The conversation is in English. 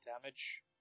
damage